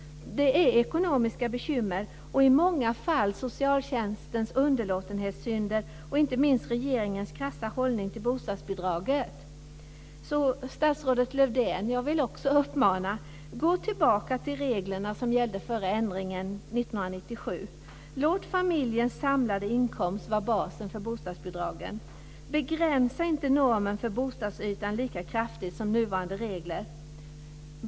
Det är ekonomiska bekymmer. I många fall beror det på socialtjänstens underlåtenhetssynder och inte minst regeringens krassa hållning till bostadsbidraget. Jag vill uppmana statsrådet Lövdén att gå tillbaka till de regler som gällde före ändringen 1997, låt familjens samlade inkomst vara bas för bostadsbidragen, begränsa inte normen för bostadsytan lika kraftigt som i nuvarande regler.